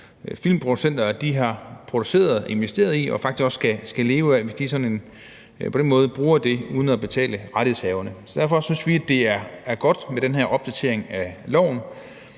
filmproducenter har produceret og investeret i og faktisk også skal leve af – det duer jo ikke, hvis de på den måde bruger det uden at betale rettighedshaverne. Så derfor synes vi, det er godt med den her opdatering af loven